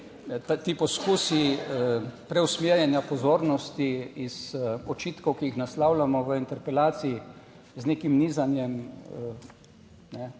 ti poskusi preusmerjanja pozornosti iz očitkov, ki jih naslavljamo v interpelaciji z nekim nizanjem